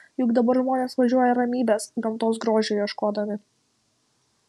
juk dabar žmonės važiuoja ramybės gamtos grožio ieškodami